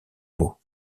mot